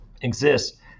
exists